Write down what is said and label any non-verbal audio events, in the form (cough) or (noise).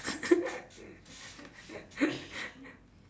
(laughs)